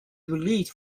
released